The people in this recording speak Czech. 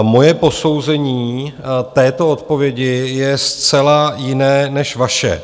Moje posouzení této odpovědi je zcela jiné než vaše.